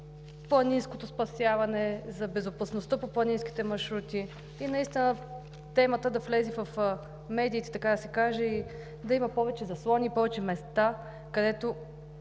за планинското спасяване, за безопасността по планинските маршрути и наистина темата да влезе в медиите – да има повече заслони, повече места, където